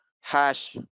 hash